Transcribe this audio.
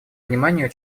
вниманию